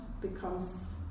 becomes